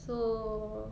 so